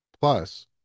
Plus